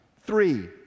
three